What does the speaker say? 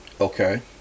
okay